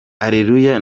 areruya